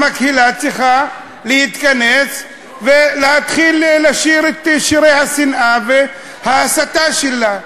המקהלה צריכה להתכנס ולהתחיל לשיר את שירי השנאה וההסתה שלה.